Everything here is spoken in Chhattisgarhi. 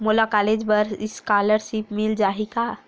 मोला कॉलेज बर स्कालर्शिप मिल जाही का?